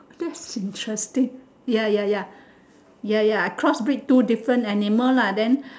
that's interesting ya ya ya ya ya I cross breed two different animal lah then